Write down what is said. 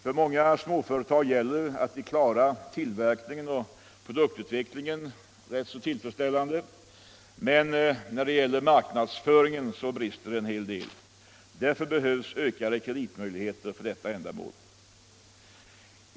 För många småföretag gäller att de klarar tillverkningen och produktutvecklingen tillfredsställande, men när det gäller marknadsföringen brister det en hel del. Därför behövs ökade kreditmöjligheter för detta ändamål.